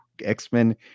x-men